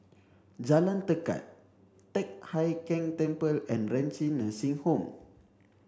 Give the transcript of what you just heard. Jalan Tekad Teck Hai Keng Temple and Renci Nursing Home